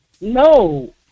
No